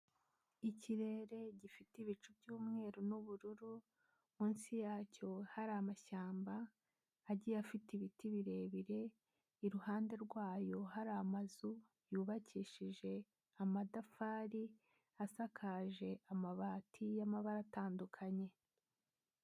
Ikirere gifite ibicu by'umweru n'ubururu, munsi yacyo hari amashyamba agiye afite ibiti birebire, iruhande rwayo hari amazu yubakishije amatafari, asakaje amabati y'amabara atandukanye.